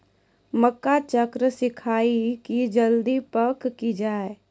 मक्का चना सिखाइए कि जल्दी पक की जय?